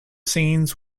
scenes